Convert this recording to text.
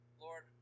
Lord